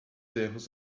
erros